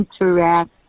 interact